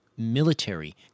military